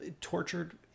tortured